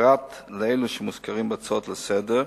פרט לאלו שמוזכרים בהצעות לסדר-היום.